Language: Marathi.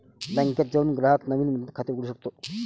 बँकेत जाऊन ग्राहक नवीन मुदत खाते उघडू शकतो